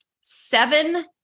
seven